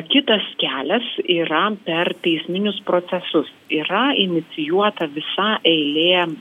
kitas kelias yra per teisminius procesus yra inicijuota visa eilė